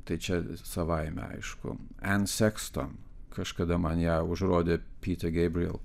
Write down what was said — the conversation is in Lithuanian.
tai čia savaime aišku anne sexton kažkada man ją užrodė peter gabriel